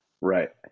Right